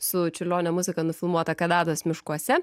su čiurlionio muzika nufilmuotą kanados miškuose